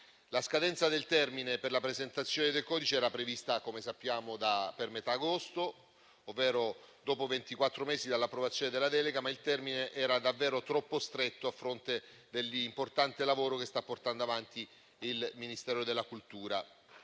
La scadenza del termine per la presentazione del codice era prevista per metà agosto, ovvero ventiquattro mesi dopo l'approvazione della delega, ma il termine era davvero troppo stretto, a fronte dell'importante lavoro che sta portando avanti il Ministero della cultura.